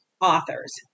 authors